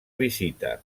visita